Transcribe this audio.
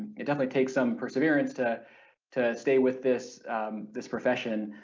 it definitely takes some perseverance to to stay with this this profession.